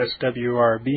SWRB